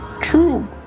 true